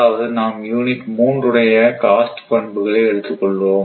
அதாவது நாம் யூனிட் 3 உடைய காஸ்ட் பண்புகளை எடுத்துக்கொள்வோம்